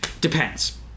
Depends